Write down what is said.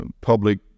public